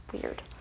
weird